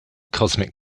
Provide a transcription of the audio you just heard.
cosmic